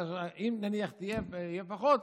אם נניח זה יהיה פחות,